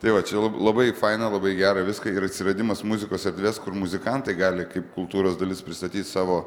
tai va čia labai faina labai gera viska ir atsiradimas muzikos erdvės kur muzikantai gali kaip kultūros dalis pristatyt savo